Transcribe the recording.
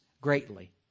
greatly